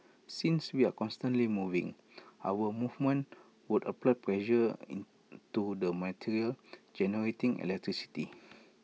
since we are constantly moving our movements would apply pressure into the material generating electricity